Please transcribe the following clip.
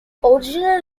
original